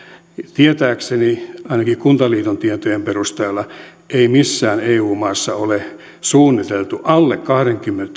tietääkseni ainakaan kuntaliiton tietojen perusteella ei missään eu maassa ole suunniteltu alle kahdenkymmenen